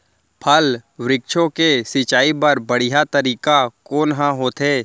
फल, वृक्षों के सिंचाई बर बढ़िया तरीका कोन ह होथे?